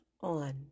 on